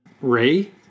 Ray